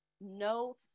no